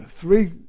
three